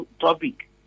topic